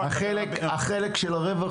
החלק של הרווח